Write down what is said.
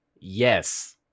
Yes